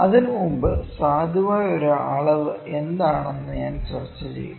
അതിനുമുമ്പ് സാധുവായ ഒരു അളവ് എന്താണെന്ന് ഞാൻ ചർച്ച ചെയ്യും